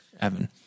Evan